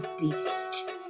beast